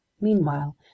Meanwhile